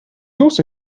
also